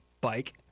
bike